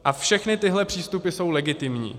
A všechny tyhle přístupy jsou legitimní.